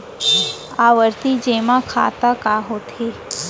आवर्ती जेमा खाता का होथे?